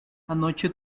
anoche